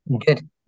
good